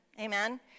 Amen